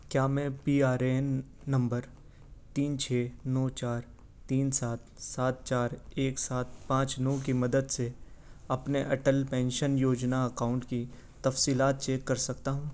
کیا میں P R N number تین چھ نو چار تین سات سات چار ایک سات پانچ نو کی مدد سے اپنے اٹل پینشن یوجنا اکاؤنٹ کی تفصیلات چیک کر سکتا ہوں